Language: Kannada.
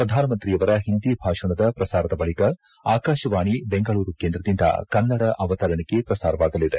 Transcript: ಪ್ರಧಾನಮಂತ್ರಿಯವರ ಓಂದಿ ಭಾಷಣದ ಪ್ರಸಾರದ ಬಳಿಕ ಆಕಾಶವಾಣಿ ಬೆಂಗಳೂರು ಕೇಂದ್ರದಿಂದ ಕನ್ನಡ ಅವತರಣಿಕೆ ಪ್ರಸಾರವಾಗಲಿದೆ